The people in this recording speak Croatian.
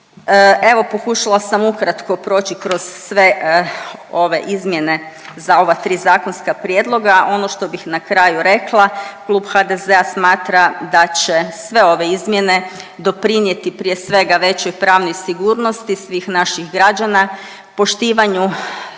Evo pokušala sam ukratko proći kroz sve ove izmjene za ova tri zakonska prijedloga. Ono što bih na kraju rekla, klub HDZ-a smatra da će sve ove izmjene doprinijeti prije svega većoj pravnoj sigurnosti svih naših građana, poštivanju